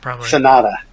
Sonata